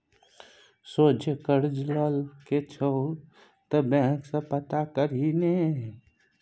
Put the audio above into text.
सोझे करज लए के छौ त बैंक सँ पता करही ने